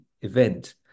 event